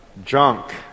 junk